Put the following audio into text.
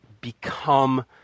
become